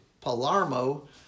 Palermo